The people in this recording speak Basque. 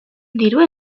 dirua